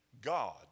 God